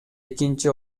экинчи